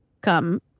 come